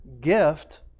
gift